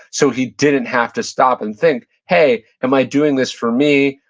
so he didn't have to stop and think, hey, am i doing this for me,